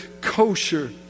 kosher